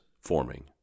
forming